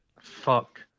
Fuck